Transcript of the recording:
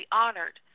honored